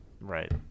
right